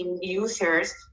users